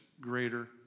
greater